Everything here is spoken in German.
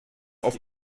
auf